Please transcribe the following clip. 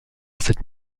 cette